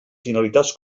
finalitats